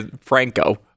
Franco